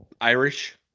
Irish